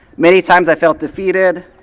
many times i felt defeated,